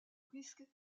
risque